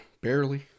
barely